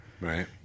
Right